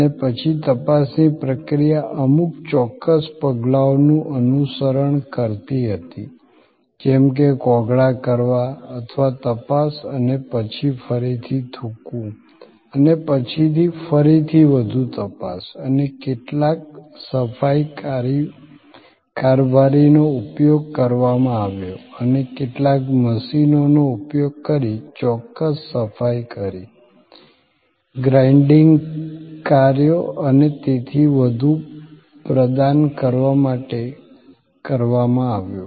અને પછી તપાસની પ્રક્રિયા અમુક ચોક્કસ પગલાંઓનું અનુસરણ કરતી હતી જેમ કે કોગળા કરાવવા અથવા તપાસ અને પછી ફરીથી થૂંકવું અને પછી ફરીથી વધુ તપાસ અને કેટલાક સફાઈ કારભારીનો ઉપયોગ કરવામાં આવ્યો અને કેટલાક મશીનોનો ઉપયોગ કરી ચોક્કસ સફાઈ કરી ગ્રાઇન્ડીંગ કાર્યો અને તેથી વધુ પ્રદાન કરવા માટે કરવામાં આવ્યો